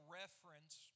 reference